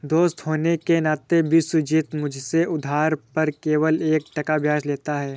दोस्त होने के नाते विश्वजीत मुझसे उधार पर केवल एक टका ब्याज लेता है